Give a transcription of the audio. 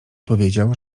powiedział